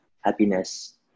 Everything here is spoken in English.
happiness